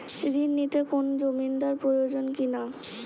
ঋণ নিতে কোনো জমিন্দার প্রয়োজন কি না?